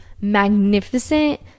magnificent